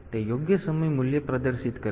તેથી તે યોગ્ય સમય મૂલ્ય પ્રદર્શિત કરશે